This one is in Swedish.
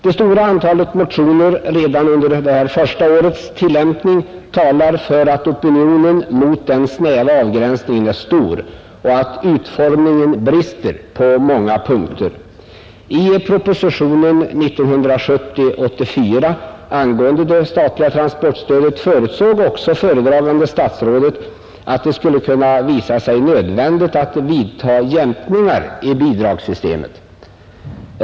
Det stora antalet motioner redan under första årets tillämpning talar för att opinionen mot den snäva avgränsningen är stor och att utformningen brister på många punkter. I propositionen 84 år 1970 angående det statliga transportstödet förutsåg också föredragande statsrådet att det skulle kunna visa sig nödvändigt att vidta jämkningar i bidragssystemet.